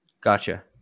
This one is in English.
Gotcha